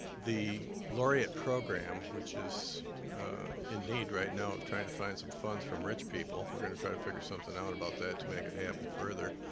the laureate program which is in need right now of trying to find some funds from rich people we're gonna to figure something out about that to make it happen further.